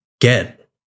get